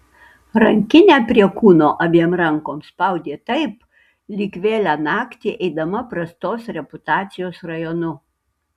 rankinę prie kūno abiem rankom spaudė taip lyg vėlią naktį eidama prastos reputacijos rajonu